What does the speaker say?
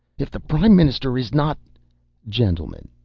if the prime minister is not gentlemen!